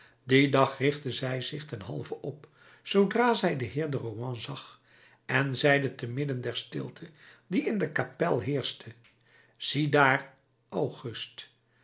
dien dag richtte zij zich ten halve op zoodra zij den heer de rohan zag en zeide te midden der stilte die in de kapel heerschte ziedaar august